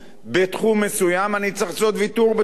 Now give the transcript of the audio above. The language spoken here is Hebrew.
מסוים אני צריך לעשות ויתור בתחום אחר,